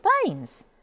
explains